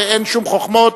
ואין שום חוכמות.